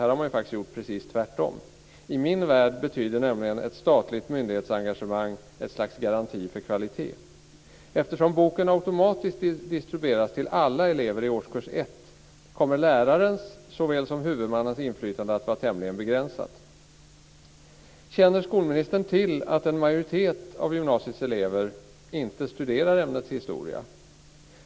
Här har det varit precis tvärtom. I min värld betyder ett statligt myndighetsengagemang ett slags garanti för kvalitet. Eftersom boken automatiskt distribuerats till alla elever i årskurs 1, kommer lärarens, såväl som huvudmannens, inflytande att vara tämligen begränsad. Känner skolministern till att en majoritet av gymnasiets elever inte studerar ämnet historia?